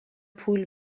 پول